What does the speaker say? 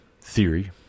theory